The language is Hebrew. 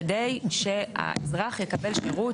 כדי שהאזרח יקבל שירות.